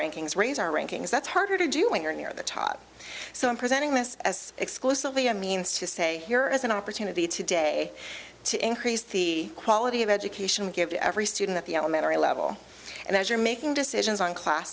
rankings raise our rankings that's harder to do when you're near the top so i'm presenting this as exclusively a means to say here is an opportunity today to increase the quality of education we give to every student at the elementary level and as you're making decisions on class